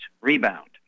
Rebound